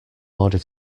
order